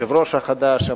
היושב-ראש החדש,